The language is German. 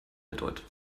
bedeutet